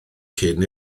cyn